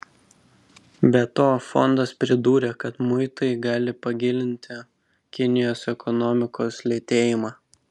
be to fondas pridūrė kad muitai gali pagilinti kinijos ekonomikos lėtėjimą